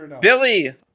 Billy